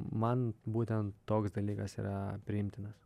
man būtent toks dalykas yra priimtinas